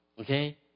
okay